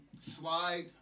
Slide